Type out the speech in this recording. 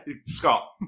Scott